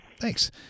Thanks